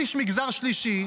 איש מגזר שלישי,